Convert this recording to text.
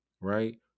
right